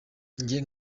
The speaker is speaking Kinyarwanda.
njye